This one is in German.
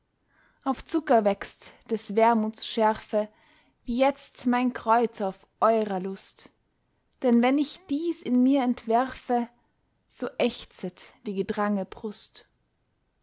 auf zucker wächst des wermuts schärfe wie jetzt mein kreuz auf eurer lust denn wenn ich dies in mir entwerfe so ächzet die gedrange brust